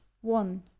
one